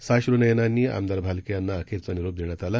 साश्र्नयनांनी आमदार भालके यांना अखेरचा निरोप देण्यात आला